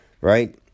right